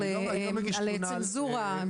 על צנזורה,